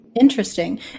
Interesting